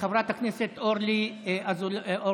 חברת הכנסת אורלי לוי,